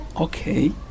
Okay